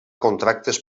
contractes